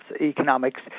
economics